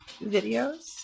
videos